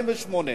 ב-2008,